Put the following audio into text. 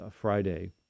Friday